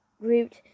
grouped